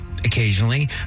Occasionally